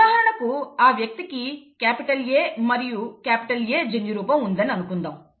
ఉదాహరణకు ఆ వ్యక్తికి క్యాపిటల్ A మరియు A జన్యురూపం ఉందని అనుకుందాం